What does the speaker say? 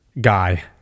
guy